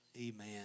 Amen